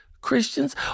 Christians